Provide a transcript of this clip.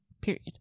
Period